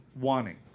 wanting